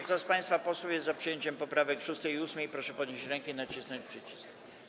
Kto z państwa posłów jest za przyjęciem poprawek 6. i 8., proszę podnieść rękę i nacisnąć przycisk.